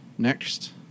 Next